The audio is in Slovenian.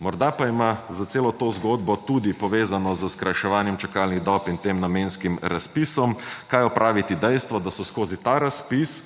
Morda pa ima za celo to zgodbo tudi povezano s skrajševanjem čakalnih dob in tem namenskim razpisom kaj opraviti dejstvo, da so skozi ta razpis